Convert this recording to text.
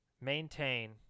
maintain